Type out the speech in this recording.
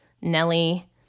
nelly